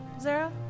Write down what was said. Zara